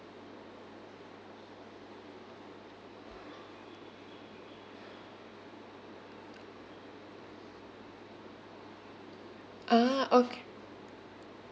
ah okay